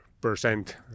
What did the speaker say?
percent